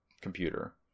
computer